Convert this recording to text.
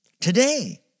Today